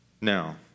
Now